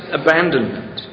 abandonment